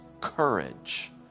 courage